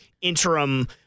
interim